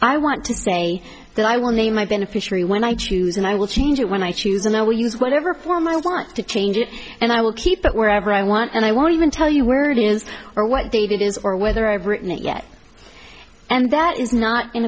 i want to say that i will name my beneficiary when i choose and i will change it when i choose and i will use whatever form i want to change it and i will keep it wherever i want and i won't even tell you where it is or what date it is or whether i've written it yet and that is not in